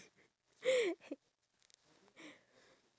can we grow sunflowers in singapore